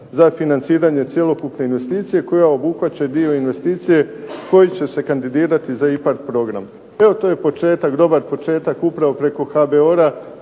za financiranje cjelokupne investicije koja obuhvaća i dio investicije koji će se kandidirati za IPARD program. Evo to je početak, dobar početak upravo preko HBOR-a